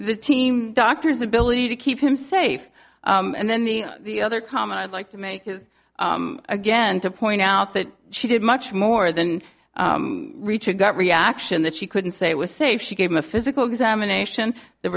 the team doctors ability to keep him safe and then the other comment i'd like to make his again to point out that she did much more than reach a gut reaction that she couldn't say was safe she gave him a physical examination the